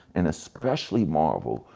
and especially marvel.